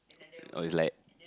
or is like